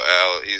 Al